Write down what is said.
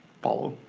follow.